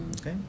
Okay